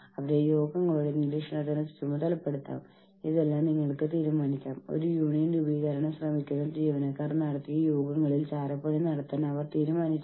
അവർക്ക് അവരുടെ ശബ്ദം നഷ്ടപ്പെട്ടു എന്ന് തോന്നുമ്പോൾ മാത്രമാണ് അല്ലെങ്കിൽ അവരെ ആരും കേൾക്കുന്നില്ലെന്ന് തോന്നുമ്പോൾ മാത്രമാണ് അവർ പോയി യൂണിയനുകളിൽ ചേരാൻ തീരുമാനിക്കുന്നത്